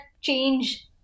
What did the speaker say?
change